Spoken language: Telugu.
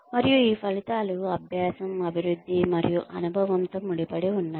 మరియు ఈ ఫలితాలు అభ్యాసం అభివృద్ధి మరియు అనుభవంతో ముడిపడి ఉన్నాయి